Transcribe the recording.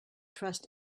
trust